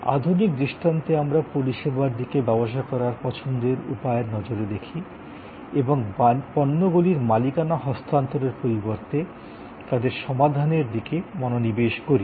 আধুনিক দৃষ্টান্তে আমরা পরিষেবাকে ব্যবসা করার পছন্দের উপায়ের নজরে দেখি এবং পণ্যগুলির মালিকানা হস্তান্তরের পরিবর্তে তাদের সমাধানের দিকে মনোনিবেশ করি